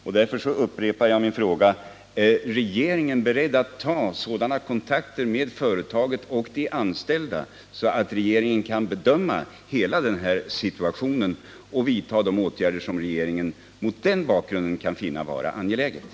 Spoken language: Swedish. Jag upprepar därför min fråga: Är regeringen beredd att ta sådana kontakter med företaget och de anställda att regeringen kan bedöma hela denna situation och vidta de åtgärder som regeringen mot den bakgrunden kan finna vara angelägna?